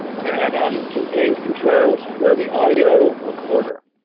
that contains controls for the audio recorder.